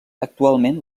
actualment